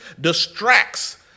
distracts